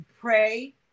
pray